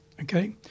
okay